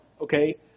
okay